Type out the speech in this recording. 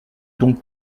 donc